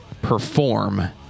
perform